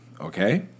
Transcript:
Okay